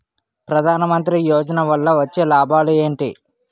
ప్రధాన మంత్రి యోజన వల్ల వచ్చే లాభాలు ఎంటి?